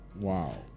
Wow